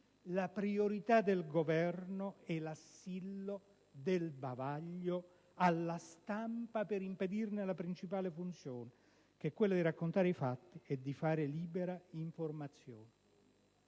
la priorità del Governo è l'assillo del bavaglio alla stampa, per impedirne la principale funzione, che è quella di raccontare i fatti e di fare libera informazione.